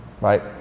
right